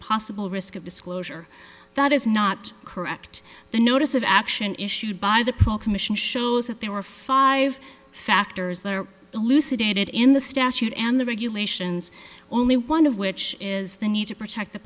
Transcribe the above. possible risk of disclosure that is not correct the notice of action issued by the pool commission shows that there were five factors there elucidated in the statute and the regulations only one of which is the need to protect the